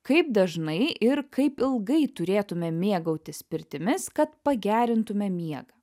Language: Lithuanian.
kaip dažnai ir kaip ilgai turėtume mėgautis pirtimis kad pagerintume miegą